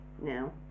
now